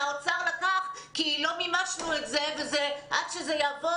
האוצר לקח כי לא מימשנו את זה ועד שזה יעבור,